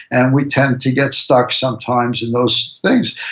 and we tend to get stuck sometimes in those things,